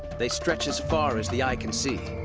they stretch as far as the eye can see.